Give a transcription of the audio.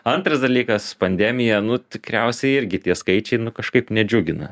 antras dalykas pandemija nu tikriausiai irgi tie skaičiai kažkaip nedžiugina